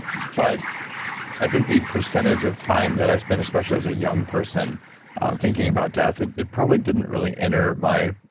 but i think the percentage of time that i spend especially as a young person thinking about death, it it probably didn't really enter my,